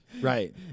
Right